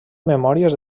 memòries